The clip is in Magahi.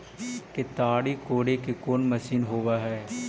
केताड़ी कोड़े के कोन मशीन होब हइ?